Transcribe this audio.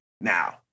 Now